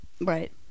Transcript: right